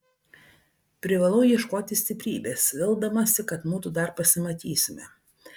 privalau ieškoti stiprybės vildamasi kad mudu dar pasimatysime